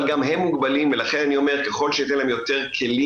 אבל גם הם מוגבלים ולכן אני אומר ככל שניתן להם יותר כלים,